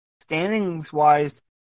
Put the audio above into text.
standings-wise